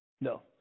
No